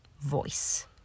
voice